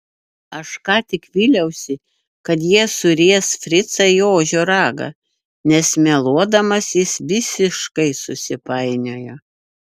aš ką tik vyliausi kad jie suries fricą į ožio ragą nes meluodamas jis visiškai susipainiojo